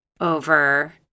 over